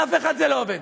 על אף אחד זה לא עובד.